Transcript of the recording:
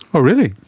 oh really?